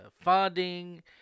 funding